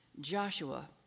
Joshua